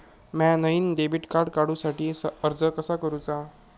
म्या नईन debit card काडुच्या साठी अर्ज कसा करूचा?